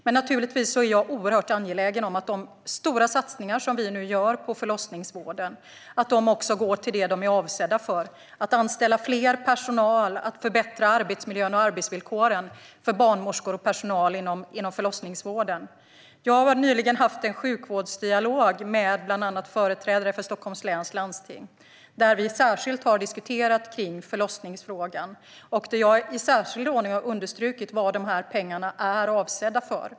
Men naturligtvis är jag oerhört angelägen om att de stora satsningar som vi nu gör på förlossningsvården går till det som de är avsedda för, det vill säga att anställa mer personal och att förbättra arbetsmiljön och arbetsvillkoren för barnmorskor och personal inom förlossningsvården. Jag har nyligen haft en sjukvårdsdialog med bland annat företrädare för Stockholms läns landsting där vi särskilt har diskuterat förlossningsfrågan, och jag har i särskild ordning understrukit vad de här pengarna är avsedda för.